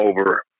over